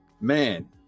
man